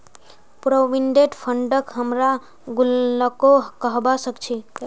provident फंडक हमरा गुल्लको कहबा सखछी